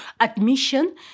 admission